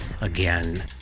again